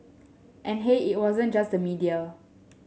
and hey it wasn't just the media